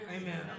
Amen